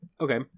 okay